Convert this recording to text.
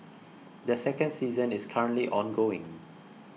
the second season is currently ongoing